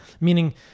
Meaning